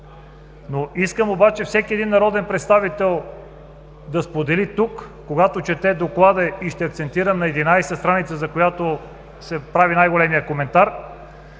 Искам обаче всеки един народен представител да сподели тук, когато чете доклада, и ще акцентирам на 11 страница, за която се прави най-големият коментар,